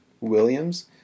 Williams